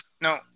No